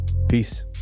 Peace